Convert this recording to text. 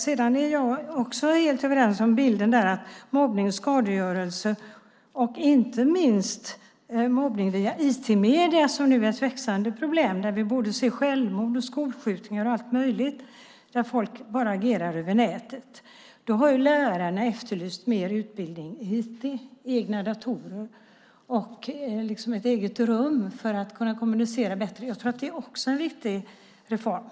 Sedan håller jag helt med om bilden när det gäller mobbning och skadegörelse och inte minst mobbning via IT-medier, som nu är ett växande problem. Vi ser självmord och skolskjutningar och allt möjligt där folk bara agerar över nätet. Lärarna har efterlyst mer utbildning i IT, egna datorer liksom ett eget rum för att kunna kommunicera bättre. Jag tror att det också är en viktig reform.